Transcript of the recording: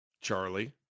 charlie